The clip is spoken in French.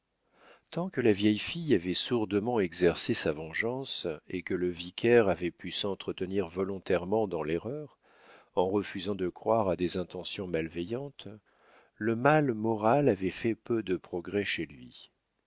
tant que la vieille fille avait sourdement exercé sa vengeance et que le vicaire avait pu s'entretenir volontairement dans l'erreur en refusant de croire à des intentions malveillantes le mal moral avait fait peu de progrès chez lui